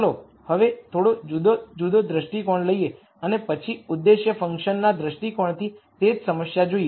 ચાલો હવે થોડો જુદો જુદો દ્રષ્ટિકોણ લઈએ અને પછી ઉદ્દેશ્ય ફંક્શનના દૃષ્ટિકોણથી તે જ સમસ્યા જોઈએ